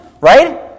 right